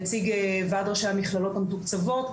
נציג ועד ראשי המכללות המתוקצבות,